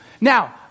Now